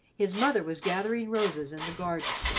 his mother was gathering roses in the garden.